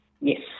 Yes